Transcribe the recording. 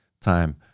time